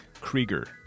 Krieger